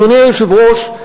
אדוני היושב-ראש,